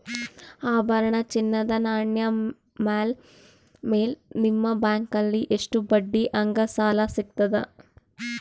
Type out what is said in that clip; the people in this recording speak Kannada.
ಆಭರಣ, ಚಿನ್ನದ ನಾಣ್ಯ ಮೇಲ್ ನಿಮ್ಮ ಬ್ಯಾಂಕಲ್ಲಿ ಎಷ್ಟ ಬಡ್ಡಿ ಹಂಗ ಸಾಲ ಸಿಗತದ?